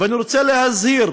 ואני רוצה להזהיר